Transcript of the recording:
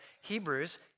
Hebrews